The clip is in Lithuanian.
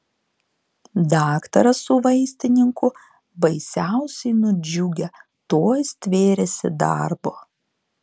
daktaras su vaistininku baisiausiai nudžiugę tuoj stvėrėsi darbo